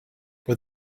but